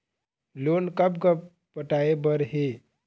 Loan कब कब पटाए बर हे?